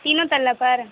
تینوں ترلا پر